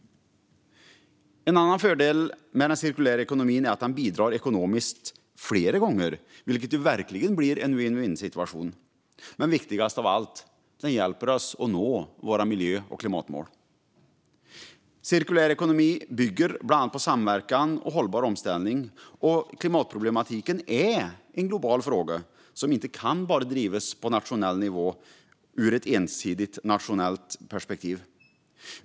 En annan fördel med den cirkulära ekonomin är att den bidrar ekonomiskt flera gånger, vilket ju verkligen blir en vinn-vinnsituation. Men viktigast av allt: Den hjälper oss att nå våra miljö och klimatmål. Cirkulär ekonomi bygger bland annat på samverkan och hållbar omställning. Klimatproblematiken är ju en global fråga som inte bara kan drivas på nationell nivå ur ett ensidigt nationellt perspektiv.